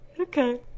Okay